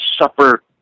Supper